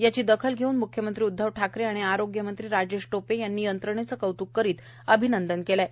याची दखल घेऊन म्ख्यमंत्री उद्वव ठाकरे आणि आरोग्यमंत्री राजेश टोपे यांनी यंत्रणेचं कौतुक करत अभिनंदन केलं आहे